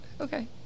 Okay